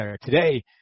today –